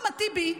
אחמד טיבי,